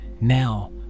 now